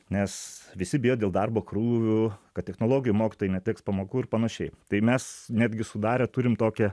nes visi bijo dėl darbo krūvių kad technologijų mokytojai neteks pamokų ir panašiai tai mes netgi sudarę turim tokią